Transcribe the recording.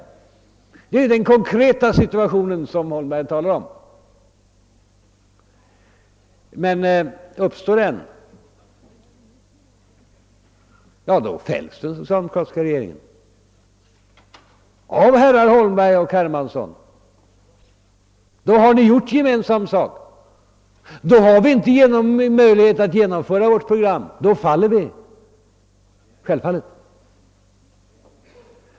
Det är den konkreta situation som herr Holmberg talar om. Men uppstår den? Ja, då fälls den socialdemokratiska regeringen av herrar Holmberg och Hermansson. Då har ni gjort gemensam sak, och då har vi självfallet inte möjlighet att genomföra vårt program.